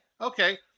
Okay